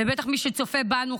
ובטח את מי שצופה בנו,